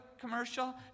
commercial